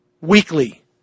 weekly